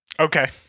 Okay